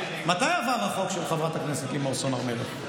מתי עבר החוק של חברת הכנסת לימור סון הר מלך?